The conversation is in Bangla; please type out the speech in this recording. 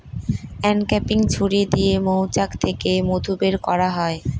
আনক্যাপিং ছুরি দিয়ে মৌচাক থেকে মধু বের করা হয়